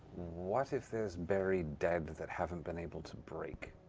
what if there's buried dead that haven't been able to break?